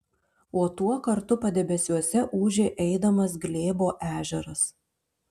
o tuo kartu padebesiuose ūžė eidamas glėbo ežeras